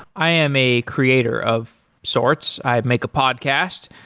i am a creator of sorts, i make a podcast.